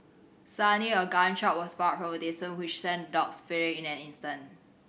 suddenly a gun shot was fired from a distance which sent the dogs fleeing in an instant